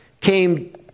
came